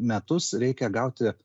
metus reikia gauti